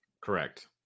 Correct